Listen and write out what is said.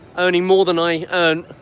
earning more than i earned